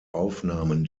aufnahmen